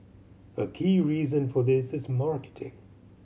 a key reason for this is marketing